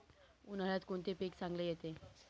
उन्हाळ्यात कोणते पीक चांगले येते?